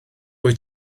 wyt